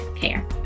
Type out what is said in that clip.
care